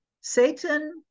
Satan